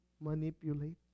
manipulate